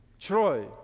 Troy